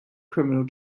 criminal